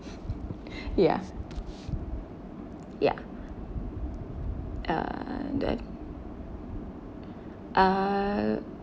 ya ya uh that uh